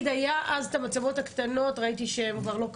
בזמנו היו מצלמות קטנות וראיתי שהן כבר לא קיימות.